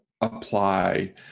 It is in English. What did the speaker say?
apply